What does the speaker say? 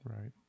Right